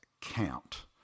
count